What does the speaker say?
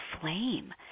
flame